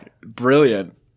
Brilliant